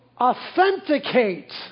authenticate